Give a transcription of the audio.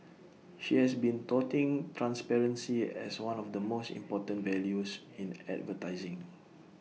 she has been touting transparency as one of the most important values in advertising